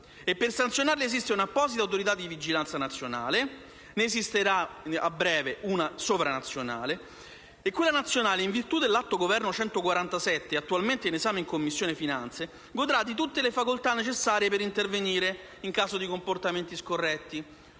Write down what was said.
Per sanzionarli esiste un'apposita autorità di vigilanza nazionale (tra l'altro, ne esisterà a breve anche una sovranazionale), che, anche in virtù dell'atto del Governo n. 147, attualmente in esame in Commissione finanze, godrà di tutte le facoltà necessarie per intervenire in caso di comportamenti scorretti.